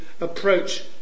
approach